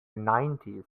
nineties